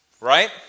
Right